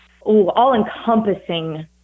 all-encompassing